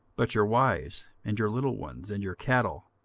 but your wives, and your little ones, and your cattle,